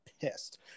pissed